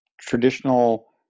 traditional